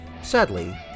Sadly